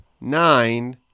nine